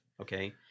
Okay